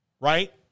right